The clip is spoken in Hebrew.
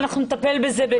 אנחנו נטפל בזה בנפרד.